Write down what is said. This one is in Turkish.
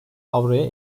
avroya